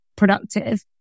productive